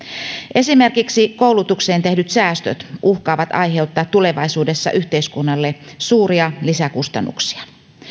esimerkiksi koulutukseen tehdyt säästöt uhkaavat aiheuttaa tulevaisuudessa yhteiskunnalle suuria lisäkustannuksia